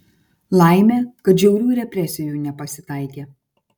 laimė kad žiaurių represijų nepasitaikė